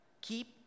keep